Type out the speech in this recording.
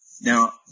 Now